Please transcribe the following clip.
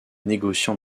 négociant